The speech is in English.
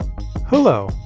Hello